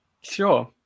sure